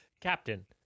Captain